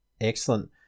Excellent